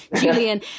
Julian